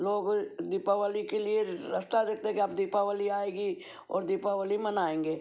लोग दीपावली के लिए रास्ता देखते कि अब दीपावली आएगी और दीपावली मनाएंगे